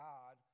God